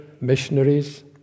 missionaries